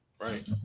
Right